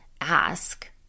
ask